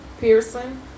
Pearson